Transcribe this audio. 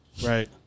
Right